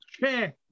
chair